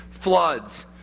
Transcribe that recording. Floods